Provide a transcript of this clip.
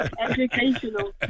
educational